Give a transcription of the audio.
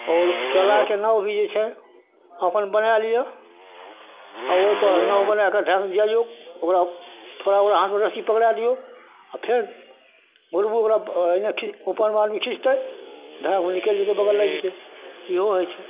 आओर केलाके नाव भी जे छै अपन बनै लिअऽ आओर ओहिपर नाव बनैके ढाएँ जाइऔ ओकरा थोड़ा ओकरा हाथमे रस्सी पकड़ै दिऔ आओर फेर बोलबू ओकरा ओहिना खिचि उपरमे आदमी खिचतै धाएँ बगल निकलि जएतै बगल लागि जएतै इहो होइ छै